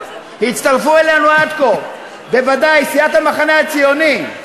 הצטרפו אלינו עד כה בוודאי סיעת המחנה הציוני,